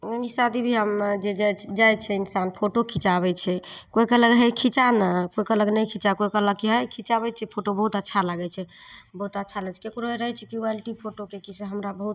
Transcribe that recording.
कहीँ शादी बिआहमे जे जाइ छि जाइ छै इन्सान फोटो खिचाबै छै कोइ कहलक हे खिचा नहि कोइ कहलक नहि खिचा कोइ कहलक हइ खिचाबै छिए फोटो बहुत अच्छा लागै छै बहुत अच्छा लगै छै ककरो रहै छै कि क्वालिटी फोटोके कि से हमरा बहुत